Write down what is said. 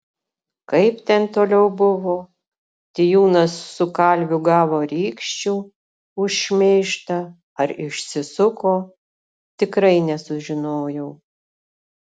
kaip ten toliau buvo tijūnas su kalviu gavo rykščių už šmeižtą ar išsisuko tikrai nesužinojau